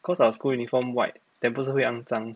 cause our school uniform white then 不是会肮脏